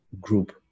group